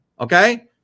okay